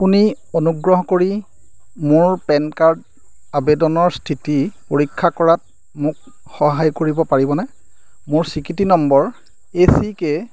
আপুনি অনুগ্ৰহ কৰি মোৰ পেন কাৰ্ড আবেদনৰ স্থিতি পৰীক্ষা কৰাত মোক সহায় কৰিব পাৰিবনে মোৰ স্বীকৃতি নম্বৰ এ চি কে